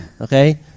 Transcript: okay